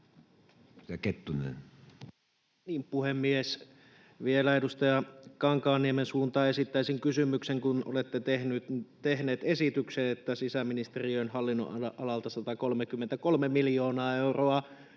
Content: Puhemies! Vielä edustaja Kankaanniemen suuntaan esittäisin kysymyksen: Kun olette tehneet esityksen, että sisäministeriön hallinnonalalta 133 miljoonaa euroa